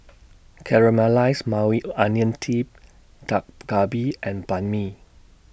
Caramelized Maui A Onion tip Dak Galbi and Banh MI